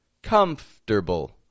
comfortable